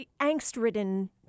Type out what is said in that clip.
angst-ridden